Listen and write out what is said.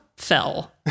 fell